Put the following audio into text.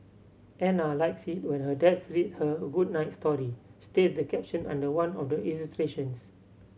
Ana likes it when her dads read her a good night story states the caption under one of the illustrations